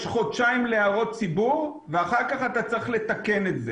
יש חודשיים להערות ציבור ואחר כך אתה צריך לתקן את זה.